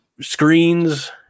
screens